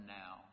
now